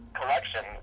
collection